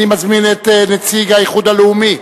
אני מזמין את נציג האיחוד הלאומי,